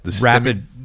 Rapid